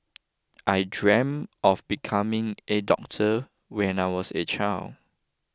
I dreamt of becoming a doctor when I was a child